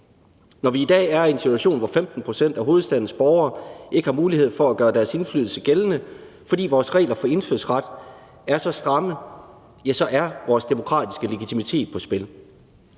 Når vi i dag er i en situation, hvor 15 pct. af hovedstadens borgere ikke har mulighed for at gøre deres indflydelse gældende, fordi vores regler for indfødsret er så stramme, er vores demokratiske legitimitet på spil.